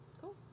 cool